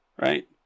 right